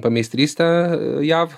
pameistrystę jav